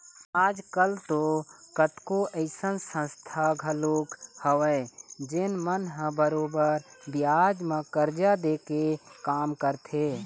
आज कल तो कतको अइसन संस्था घलोक हवय जेन मन ह बरोबर बियाज म करजा दे के काम करथे